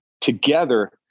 together